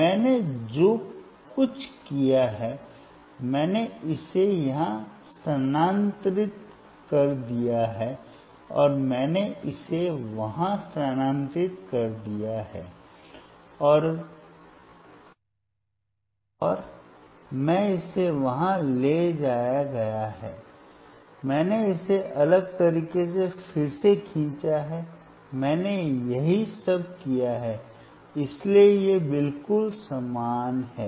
मैंने जो कुछ किया है मैंने इसे यहां स्थानांतरित कर दिया है और मैंने इसे वहां स्थानांतरित कर दिया है और मैं इसे वहां ले जाया गया है मैंने इसे अलग तरीके से फिर से खींचा है मैंने यही सब किया है इसलिए ये बिल्कुल समान हैं